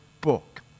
book